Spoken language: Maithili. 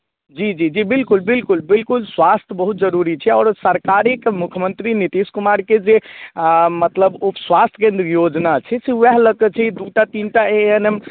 जी जी जी बिलकुल बिलकुल बिलकुल स्वास्थ बहुत जरूरी छै आओर सरकारी मुख्यमन्त्री नितीश कुमारके जे मतलब उपस्वास्थ्य केन्द्र योजना छै से उएह लऽ कऽ छै दूटा तीनटा ए एन एम